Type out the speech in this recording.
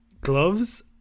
gloves